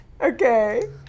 Okay